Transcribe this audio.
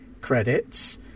credits